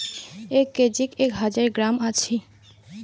এক কেজিত এক হাজার গ্রাম আছি